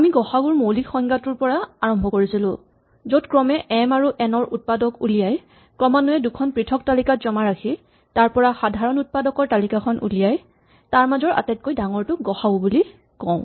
আমি গ সা উ ৰ মৌলিক সংজ্ঞাটোৰে আৰম্ভ কৰিছিলো য'ত ক্ৰমে এম আৰু এন ৰ উৎপাদক উলিয়াই ক্ৰমান্বয়ে দুখন পৃথক তালিকাত জমা ৰাখি তাৰ পৰা সাধাৰণ উৎপাদকৰ তালিকাখন উলিয়াই তাৰ মাজৰ আটাইতকৈ ডাঙৰটোক গ সা উ বুলি কওঁ